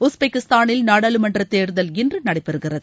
உஸ்பெகிஸ்தானில் நாடாளுமன்ற தேர்தல் இன்று நடைபெறுகிறது